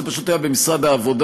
זה פשוט היה במשרד העבודה.